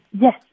Yes